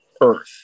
earth